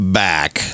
back